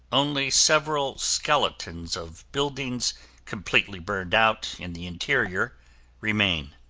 only several skeletons of buildings completely burned out in the interior remain.